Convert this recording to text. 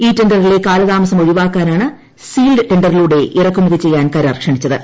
E ടെണ്ടറിലെ കാലതാമസം ഒഴിവാക്കാനാണ് മുദ്ര വച്ച ടെണ്ടറിലൂടെ ഇറക്കുമതി ചെയ്യാൻ കരാർ ക്ഷണിച്ചത്